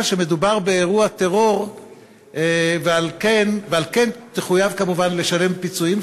שמדובר באירוע טרור ועל כן תחויב כמובן לשלם פיצויים.